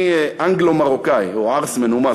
אני אנגלו-מרוקאי או "ערס מנומס",